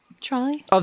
Trolley